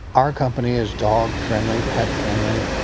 our company is dog friendly, pet friendly,